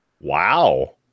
wow